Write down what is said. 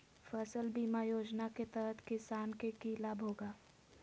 फसल बीमा योजना के तहत किसान के की लाभ होगा?